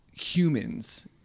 humans